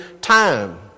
time